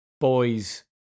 Boys